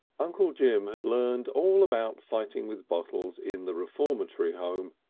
uncle jim had learnt all about fighting with bottles in the reformatory home.